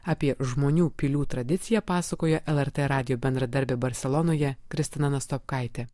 apie žmonių pilių tradiciją pasakoja lrt radijo bendradarbė barselonoje kristina nastopkaitė